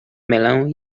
mylę